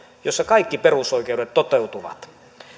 jossa kaikki perusoikeudet toteutuvat